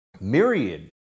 myriad